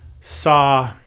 saw